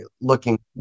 looking